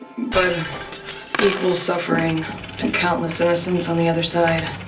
but equal suffering to countless innocents on the other side,